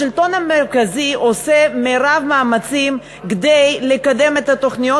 השלטון המרכזי עושה את מרב המאמצים כדי לקדם את התוכניות,